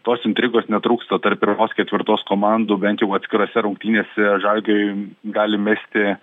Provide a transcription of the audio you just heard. tos intrigos netrūksta tarp pirmos ketvirtos komandų bent jau atskirose rungtynėse žalgiriui gali mesti